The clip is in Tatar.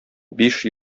биш